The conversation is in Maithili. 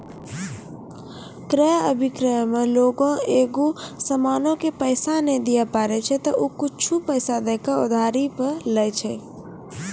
क्रय अभिक्रय मे लोगें एगो समानो के पैसा नै दिये पारै छै त उ कुछु पैसा दै के उधारी पे लै छै